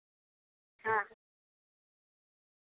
ᱦᱮᱸ